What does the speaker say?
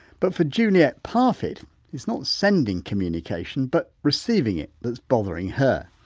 but for juliette parfitt it's not sending communication but receiving it that's bothering her.